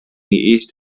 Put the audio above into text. east